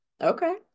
okay